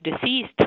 deceased